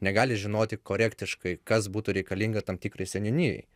negali žinoti korektiškai kas būtų reikalinga tam tikrai seniūnijoj